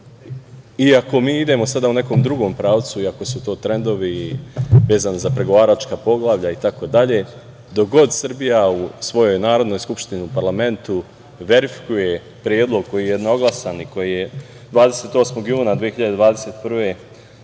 Iako mi idemo sada u nekom drugom pravcu, iako su to trendovi vezani za pregovaračka poglavlja itd, dok god Srbija u svojoj Narodnoj skupštini, u parlamentu verifikuje predlog koji je jednoglasan i koji je 28. juna 2021.